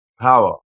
power